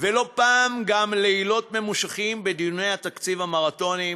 ולא פעם גם לילות ממושכים בדיוני התקציב המרתוניים.